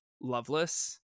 Loveless